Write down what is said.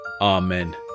Amen